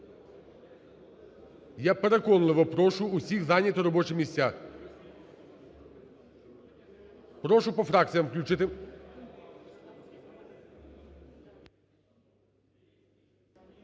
Я переконливо прошу усіх зайняти робочі місця. Прошу по фракціям включити.